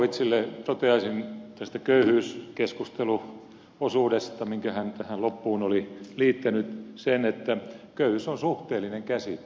zyskowiczille toteaisin tästä köyhyyskeskusteluosuudesta minkä hän tähän loppuun oli liittänyt sen että köyhyys on suhteellinen käsite